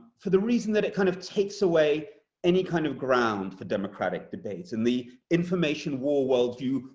for the reason that it kind of takes away any kind of ground for democratic debates. in the information war worldview,